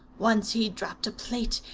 once he dropped a plate,